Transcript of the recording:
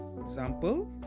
Example